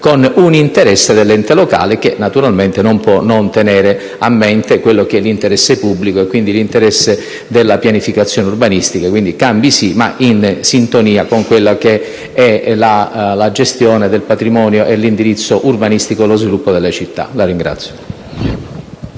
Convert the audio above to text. con un interesse dell'ente locale, che naturalmente non può non tenere a mente l'interesse pubblico, e pertanto l'interesse della pianificazione urbanistica. Quindi, cambi sì, ma in sintonia con la gestione del patrimonio e l'indirizzo urbanistico, lo sviluppo delle città.